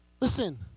Listen